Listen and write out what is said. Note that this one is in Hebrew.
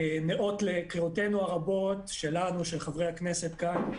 נאות לקריאותינו הרבות, שלנו, של חברי הכנסת כאן,